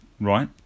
Right